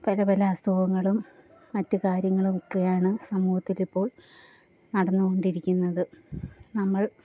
പല പല അസുഖങ്ങളും മറ്റു കാര്യങ്ങളും ഒക്കെയാണ് സമൂഹത്തിലിപ്പോൾ നടന്നു കൊണ്ടിരിക്കുന്നത് നമ്മൾ